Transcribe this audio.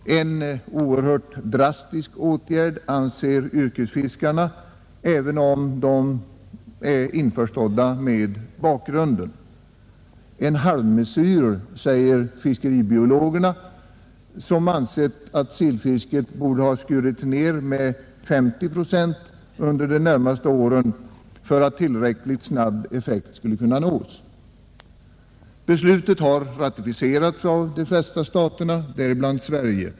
En oerhört drastisk åtgärd, anser yrkesfiskarna, även om de är införstådda med bakgrunden. En halvmesyr, säger fiskeribiologerna, vilka ansett att sillfisket borde ha skurits ned med 50 procent under de närmaste åren för att effekt skulle kunna nås tillräckligt snabbt. Beslutet har ratificerats av de flesta staterna, bl.a. Sverige.